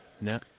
No